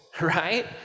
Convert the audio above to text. right